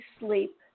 sleep